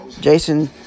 Jason